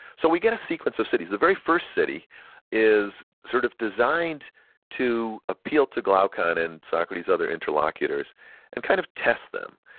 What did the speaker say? so we get a sequence of cities. the very first city is sort of designed to appeal to glaucon and socrates' other interlocutors and kind of test them,